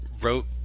wrote